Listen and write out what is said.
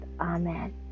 Amen